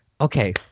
Okay